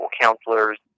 counselors